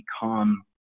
become